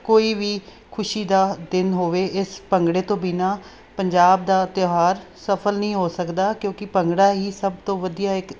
ਕੋਈ ਵੀ ਖੁਸ਼ੀ ਦਾ ਦਿਨ ਹੋਵੇ ਇਸ ਭੰਗੜੇ ਤੋਂ ਬਿਨਾਂ ਪੰਜਾਬ ਦਾ ਤਿਉਹਾਰ ਸਫਲ ਨਹੀਂ ਹੋ ਸਕਦਾ ਕਿਉਂਕਿ ਭੰਗੜਾ ਹੀ ਸਭ ਤੋਂ ਵਧੀਆ ਇੱਕ